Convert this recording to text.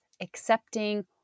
accepting